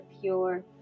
pure